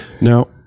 now